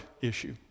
issue